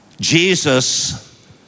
Jesus